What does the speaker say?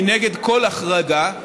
אני נגד כל החרגה,